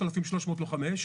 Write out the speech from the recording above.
ל-3,300 לוחמי אש,